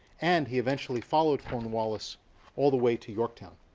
and he eventually followed cornwallis all the way to yorktown.